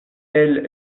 elles